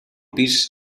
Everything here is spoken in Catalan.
pis